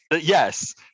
yes